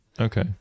Okay